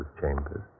Chambers